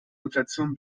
mutation